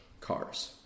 cars